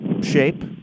shape